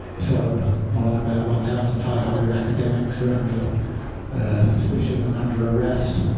so more than about one thousand five hundred academics are under suspicion and under arrest.